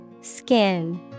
Skin